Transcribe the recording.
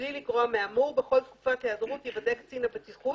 מבלי לגרוע מהאמור בכל תקופת היעדרות יוודא קצין הבטיחות